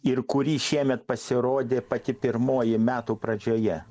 ir kuri šiemet pasirodė pati pirmoji metų pradžioje